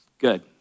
Good